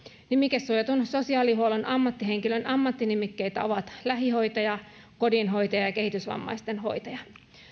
nimikesuojatun sosiaalihuollon ammattihenkilön ammattinimikkeitä ovat lähihoitaja kodinhoitaja ja kehitysvammaisten hoitaja